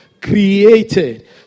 created